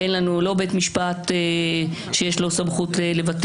אין לנו לא בית משפט שיש לו סמכות לבטל,